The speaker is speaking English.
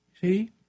See